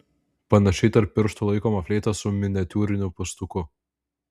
panašiai tarp pirštų laikoma fleita su miniatiūriniu pūstuku